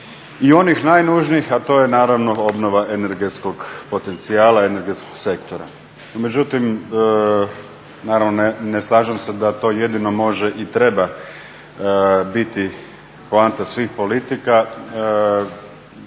i onih najnužnijih, a to je obnova energetskog potencijala, energetskog sektora. No međutim ne slažem se da to jedino može i treba biti poanta svih politika,